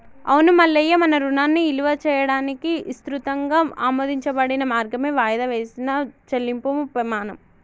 అవును మల్లయ్య మన రుణాన్ని ఇలువ చేయడానికి ఇసృతంగా ఆమోదించబడిన మార్గమే వాయిదా వేసిన చెల్లింపుము పెమాణం